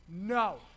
no